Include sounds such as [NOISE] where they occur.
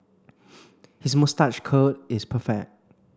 [NOISE] his moustache curl is perfect